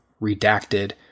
redacted